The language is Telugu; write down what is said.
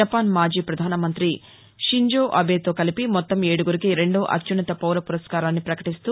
జపాన్ మాజీ ప్రధానమంతి షింజో అబేతో కలిపి మొత్తం ఏడుగురికి రెండో అత్యున్నత పౌర పురస్కారాన్ని పకటిస్తూ